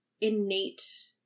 innate